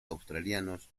australianos